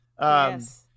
Yes